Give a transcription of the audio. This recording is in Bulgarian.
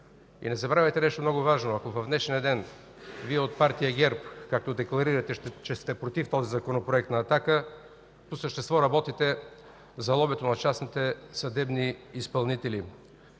Не забравяйте нещо много важно: ако в днешния ден Вие от партия ГЕРБ, както декларирате, че сте против Законопроекта на „Атака”, по същество работите за лобито на частните съдебни изпълнители.